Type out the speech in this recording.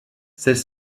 celle